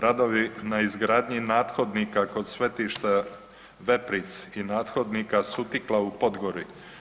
Radovi na izgradnji nathodnika kod svetišta Vepric i nathodnika Sutikla u Podgori.